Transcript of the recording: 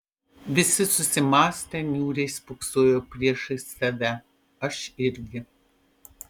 visi susimąstę niūriai spoksojo priešais save aš irgi